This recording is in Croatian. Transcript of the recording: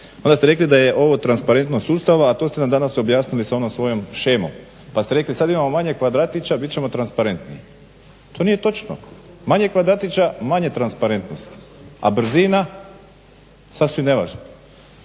Onda ste rekli da je ovo transparentnost sustava, a to ste nam danas objasnili sa onom svojom shemom, pa ste rekli sad imamo manje kvadratića, bit ćemo transparentni. To nije točno. Manje kvadratića, manje transparentnosti, a brzina sasvim nevažno.